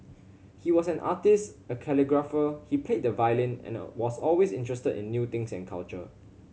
he was an artist a calligrapher he played the violin and was always interested in new things and culture